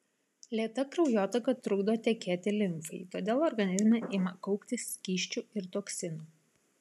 lėta kraujotaka trukdo tekėti limfai todėl organizme ima kauptis skysčių ir toksinų